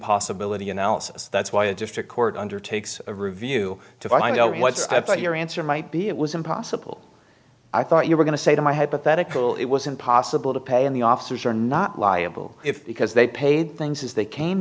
possibility analysis that's why a district court undertakes a review to find out what's your answer might be it was impossible i thought you were going to say to my hypothetical it was impossible to pay in the officers are not liable if because they paid things as they ca